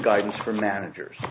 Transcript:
guidance for managers